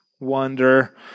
wonder